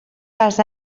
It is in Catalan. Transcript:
vas